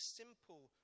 simple